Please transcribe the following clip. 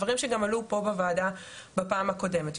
דברים שגם עלו פה בוועדה בפעם הקודמת.